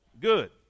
good